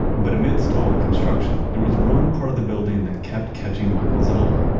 but, amidst all the construction there was one part of the building that kept catching michael's eye.